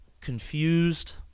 confused